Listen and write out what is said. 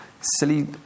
silly